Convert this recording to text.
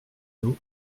d’eau